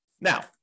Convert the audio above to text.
Now